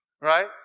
right